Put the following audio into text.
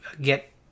get